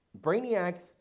Brainiac's